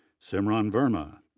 simran verma,